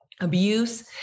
abuse